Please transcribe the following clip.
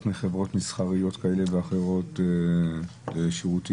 מחברות מסחריות כאלה ואחרות לשירותים